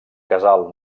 casal